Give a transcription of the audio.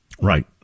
Right